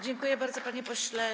Dziękuję bardzo, panie pośle.